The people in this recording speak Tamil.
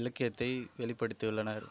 இலக்கியத்தை வெளிப்படுத்தியுள்ளனர்